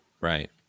Right